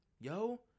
Yo